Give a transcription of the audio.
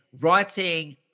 writing